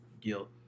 guilt